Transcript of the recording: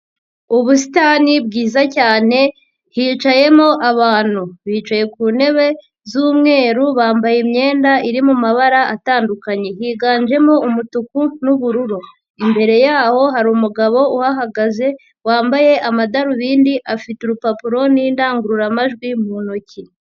Ubusitani bwiza cyane hicayemo abantu, bicaye ku ntebe z'umweru bambaye imyenda iri mu mabara atandukanye, higanjemo umutuku nubururu, imbere yaho harumu umugabo uhagaze wambaye amadarubindi afite urupapuro n'indangururamajwi mu ntoki.